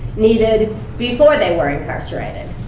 needed before they were incarcerated.